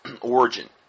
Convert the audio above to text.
origin